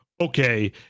okay